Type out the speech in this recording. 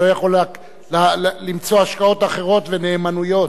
שלא יכול למצוא השקעות אחרות ונאמנויות.